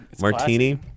Martini